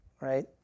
right